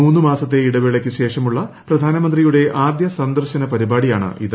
മൂന്നു മാസത്തെ ഇടവേളയ്ക്ക് ശേഷമുള്ള പ്രധാന്റ്മന്ത്രിയുടെ ആദ്യ സന്ദർശന പരിപാടിയാണിത്